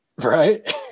right